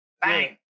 Bang